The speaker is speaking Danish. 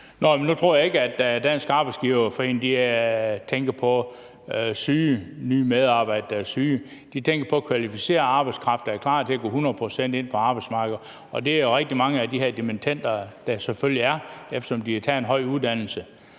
Nu tror jeg ikke, at Dansk Arbejdsgiverforening tænker på nye medarbejdere, der er syge; de tænker på kvalificeret arbejdskraft, der er klar til at gå hundrede procent ind på arbejdsmarkedet. Og det er der rigtig mange af de her dimittender, der selvfølgelig er, eftersom de har taget en høj uddannelse.